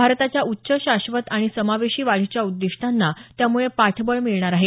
भारताच्या उच्च शाश्वत आणि समावेशी वाढीच्या उद्दिष्टांना त्यामुळे पाठबळ मिळणार आहे